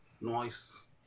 Nice